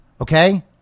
Okay